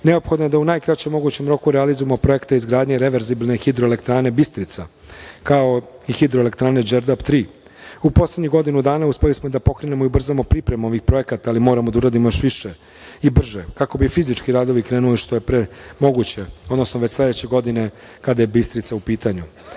neophodno je da u najkraćem mogućem roku realizujemo projekte izgradnje i reverzibilne hidroelektrane Bistrica, kao i hidroelektrane Đerdap 3. U poslednjih godinu dana uspeli smo da pokrenemo i ubrzamo pripremu ovih projekata, ali moramo da uradimo još više i brže, kako bi fizički radovi krenuli što je pre moguće, odnosno već sledeće godine, kada je Bistrica u